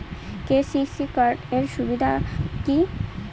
KCC card এর সুবিধা কি?